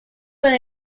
con